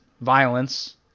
violence